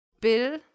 Bill